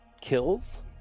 kills